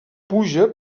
puja